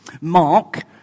Mark